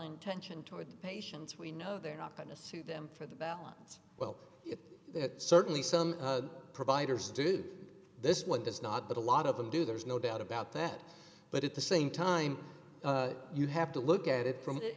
intentioned toward the patients we know they're not going to sue them for the balance well it certainly some providers do this one does not but a lot of them do there's no doubt about that but at the same time you have to look at it from i